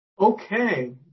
Okay